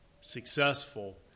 successful